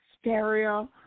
stereo